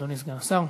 אדוני סגן השר.